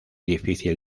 difícil